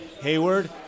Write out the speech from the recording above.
Hayward